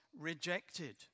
rejected